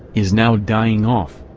is now dying off.